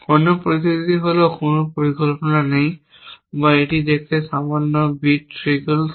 অন্য পরিস্থিতিটি হল কোনও পরিকল্পনা নেই বা এটি দেখতে সামান্য বিট ট্রিকলস